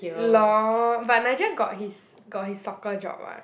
lol but Nigel got his got his soccer job [what]